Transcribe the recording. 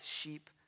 sheep